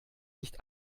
nicht